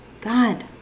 God